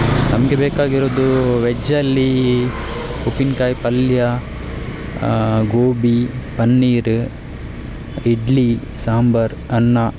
ನಮಗೆ ಬೇಕಾಗಿರೋದು ವೆಜ್ಜಲ್ಲಿ ಉಪ್ಪಿನಕಾಯಿ ಪಲ್ಯ ಗೋಬಿ ಪನ್ನೀರ ಇಡ್ಲಿ ಸಾಂಬಾರು ಅನ್ನ